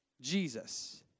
Jesus